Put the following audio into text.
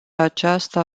aceasta